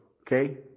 okay